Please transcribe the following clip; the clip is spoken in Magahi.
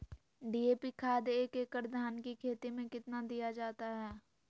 डी.ए.पी खाद एक एकड़ धान की खेती में कितना दीया जाता है?